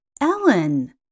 Ellen